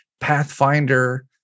Pathfinder